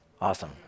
Awesome